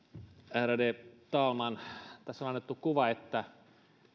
ärade talman tässä on annettu kuva että